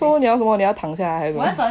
so 你要什么你要躺下来还是什么